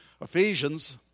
Ephesians